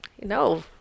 No